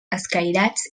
escairats